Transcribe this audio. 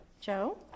Joe